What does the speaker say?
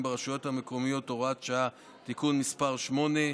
ברשויות המקומיות (הוראת שעה) (תיקון מס' 8),